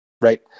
right